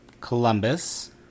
Columbus